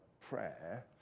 prayer